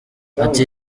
ati